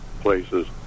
places